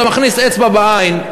אתה מכניס אצבע לעין,